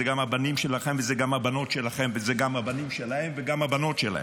זה גם הבנים שלכם וזה גם הבנות שלכם וזה גם הבנים שלהם וגם הבנות שלהם.